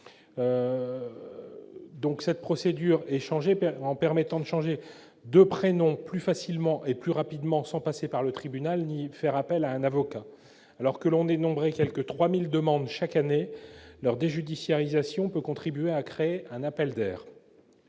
cette procédure en permettant de changer de prénom plus facilement et plus rapidement, sans passer par le tribunal ni faire appel à un avocat. Alors que l'on dénombrait quelque 3 000 demandes chaque année, la déjudiciarisation de la procédure peut contribuer à créer un appel d'air.